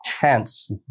chance